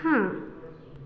हाँ